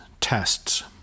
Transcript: tests